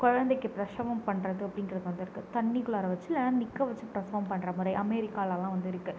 குழந்தைக்கு பிரசவம் பண்ணுறது அப்படின்றது வந்திருக்கு தண்ணிக்குள்ளாற வச்சி இல்லைன்னா நிற்க வச்சி பிரசவம் பண்ணுற முறை அமெரிக்காலலாம் வந்து இருக்குது